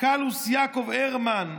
קלאוס יעקב הרמן,